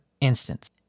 instance